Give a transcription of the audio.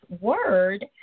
word